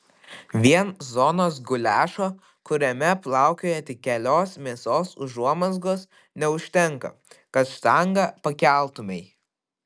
vien zonos guliašo kuriame plaukioja tik kelios mėsos užuomazgos neužtenka kad štangą pakeltumei